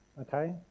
Okay